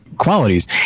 qualities